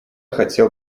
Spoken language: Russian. хотел